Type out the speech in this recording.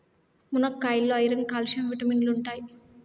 మునక్కాయాల్లో iron, calcium విటమిన్లు ఉంటాయి